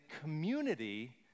community